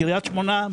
מקרית שמונה,